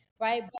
right